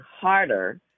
harder